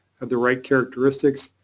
have the right characteristics.